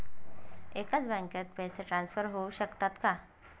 एकाच बँकेत पैसे ट्रान्सफर होऊ शकतात का?